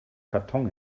karton